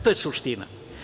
To je suština.